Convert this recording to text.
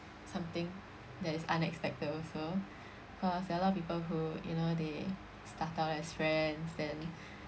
something that is unexpected also because there are a lot of people who you know they start out as friends then